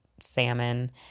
salmon